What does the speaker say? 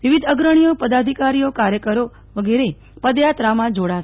વિવિધ અગ્રણીઓ પદાધિકારીઓ કાર્યકરો વિગેરે પદયાત્રામાં જોડાશે